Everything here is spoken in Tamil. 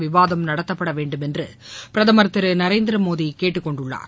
விவாதம் நடத்தப்படவேண்டும் என்று பிரதமர் திரு நரேந்திரமோடி கேட்டுக்கொண்டுள்ளார்